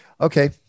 Okay